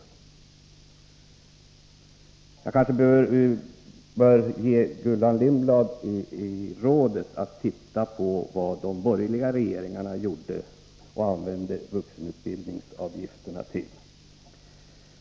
Jag bör kanske ge Gullan Lindblad rådet att se vad de borgerliga regeringarna använde vuxenutbildningsavgifterna till.